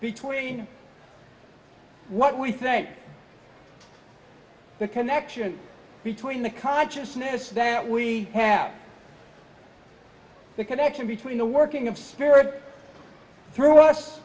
between what we think the connection between the consciousness that we have the connection between the working of spirit thro